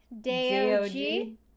D-O-G